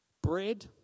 Bread